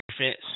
defense